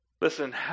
listen